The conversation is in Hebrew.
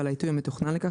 ועל העיתוי המתוכנן לכך,